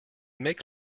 makes